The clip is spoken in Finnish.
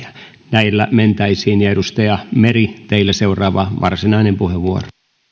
näillä mentäisiin edustaja meri teillä seuraava varsinainen puheenvuoro